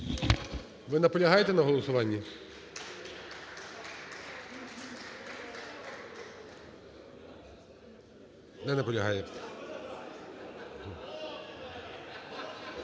Ви наполягаєте на голосуванні? Не наполягаєте.